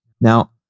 Now